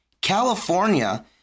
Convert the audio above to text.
California